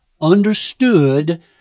understood